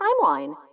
timeline